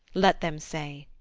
let them say,